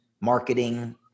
marketing